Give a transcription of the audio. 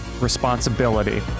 responsibility